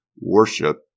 worship